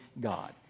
God